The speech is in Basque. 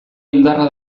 indarra